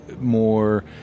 more